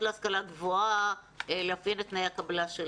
להשכלה גבוהה לקבוע את תנאי הקבלה,